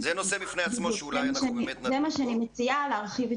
זה נושא בפני עצמו ואולי אנחנו באמת נדון בו.